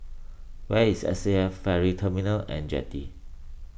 where is S C F Ferry Terminal and Jetty